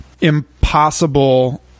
impossible